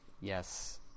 Yes